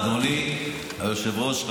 אדוני היושב-ראש,